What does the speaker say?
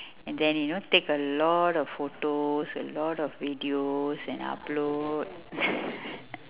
and then you know take a lot of photos a lot of videos and upload